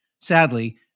Sadly